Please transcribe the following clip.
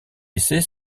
essais